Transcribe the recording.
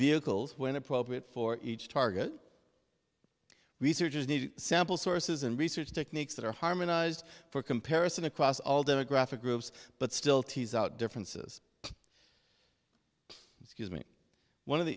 vehicles when appropriate for each target researchers need to sample sources and research techniques that are harmonized for comparison across all demographic groups but still tease out differences excuse me one of the